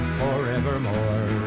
forevermore